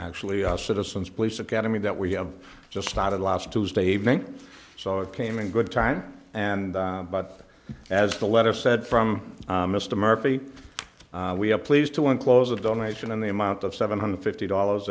actually our citizens police academy that we have just started last tuesday evening so it came in good time and but as the letter said from mr murphy we are pleased to enclose a donation in the amount of seven hundred fifty dollars